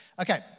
Okay